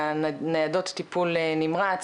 הניידות טיפול נמרץ,